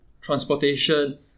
transportation